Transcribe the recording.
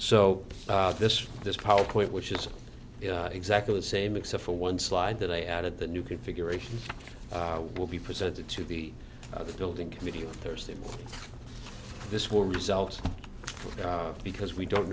so this this power point which is exactly the same except for one slide that i added the new configuration will be presented to the building committee on thursday of this war results because we don't